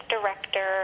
director